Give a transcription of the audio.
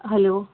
hello